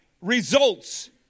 results